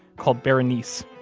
called berenice,